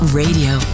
radio